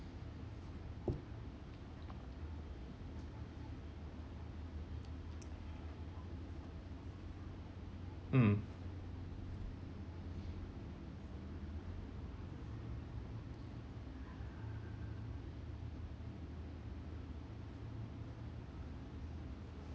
mm